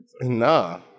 Nah